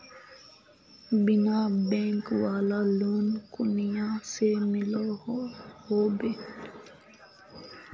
बिना बैंक वाला लोन कुनियाँ से मिलोहो होबे?